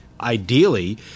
Ideally